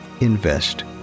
invest